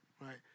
right